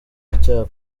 agira